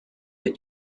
did